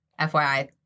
FYI